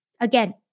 again